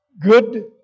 good